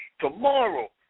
tomorrow